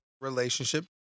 relationship